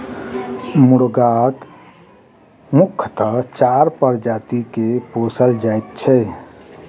मुर्गाक मुख्यतः चारि प्रजाति के पोसल जाइत छै